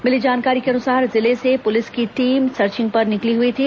मिली जानकारी के अनुसार जिले से पुलिस की टीम सर्चिंग पर निकली थी